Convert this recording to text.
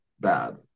Bad